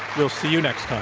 we'll see you next